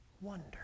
Wonder